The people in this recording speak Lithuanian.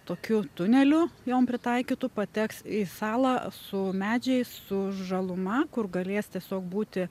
tokiu tuneliu jom pritaikytų pateks į salą su medžiais su žaluma kur galės tiesiog būti